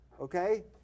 okay